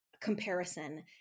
comparison